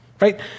right